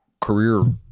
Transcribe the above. career